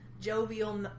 jovial